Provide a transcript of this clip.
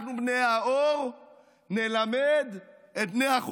אנחנו בני המעמד העליון נלמד את בני המעמד התחתון.